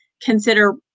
consider